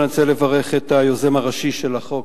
אני רוצה לברך את היוזם הראשי של החוק,